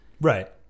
Right